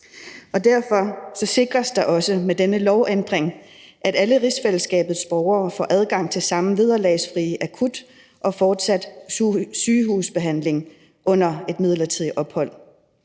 Derfor sikres det også med denne lovændring, at alle rigsfællesskabets borgere får samme adgang til vederlagsfri akut og fortsat sygehusbehandling under et midlertidigt ophold.